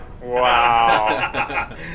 Wow